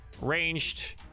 ranged